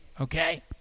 okay